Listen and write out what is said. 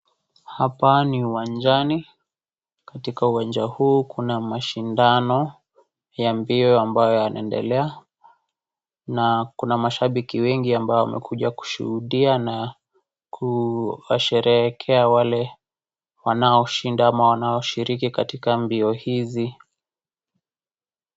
Hapa ni uwanjani katika uwanja huu kuna mashindano ya mbio ambayo yanaendelea na kuna mashabiki wengi ambao wamekuja kushuhudia na kuwasherehekea wale wanao shinda ama wanao shiriki katika mbio hizi.